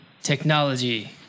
technology